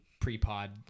pre-pod